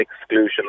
exclusion